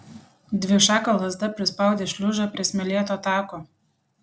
dvišaka lazda prispaudė šliužą prie smėlėto tako